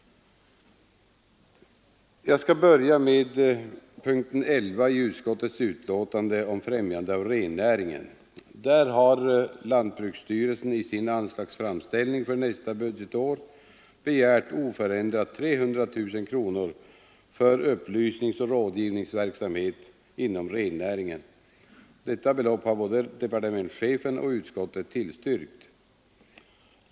Jag skall börja med punkten 11 i utskottets betänkande, Främjande av rennäringen. Lantbruksstyrelsen har i sin anslagsframställning för nästa budgetår begärt oförändrat 300000 kronor för upplysningsoch rådgivningsverksamhet inom rennäringen. Detta belopp har både departementschefen och utskottet tillstyrkt.